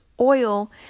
oil